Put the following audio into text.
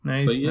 Nice